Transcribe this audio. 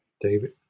David